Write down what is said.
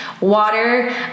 water